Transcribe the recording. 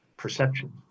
perception